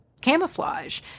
camouflage